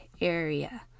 area